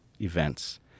events